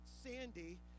Sandy